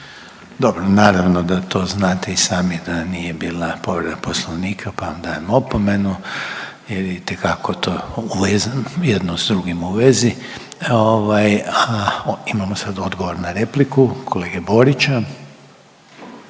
Dobro, naravno da to znate i sami da nije bila povreda Poslovnika, pa vam dajem opomenu jer je itekako to jedno s drugim u vezi. Ovaj, a imamo sad odgovor na repliku kolege Borića.